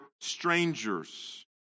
strangers